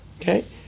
okay